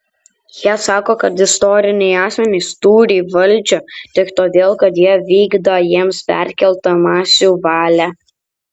jie sako kad istoriniai asmenys turį valdžią tik todėl kad jie vykdą jiems perkeltą masių valią